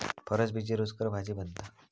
फरसबीची रूचकर भाजी बनता